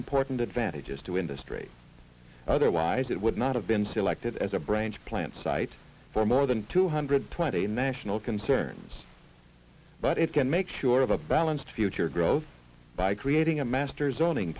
important advantages to industry otherwise it would not have been selected as a branch plant site for more than two hundred twenty national concerns but it can make sure of a balance to future growth by creating a master zoning